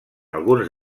alguns